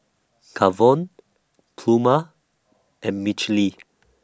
Kavon Pluma and Michele